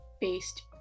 based